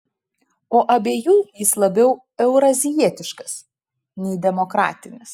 o abiejų jis labiau eurazijietiškas nei demokratinis